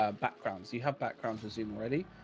ah backgrounds. you have backgrounds with zoom already.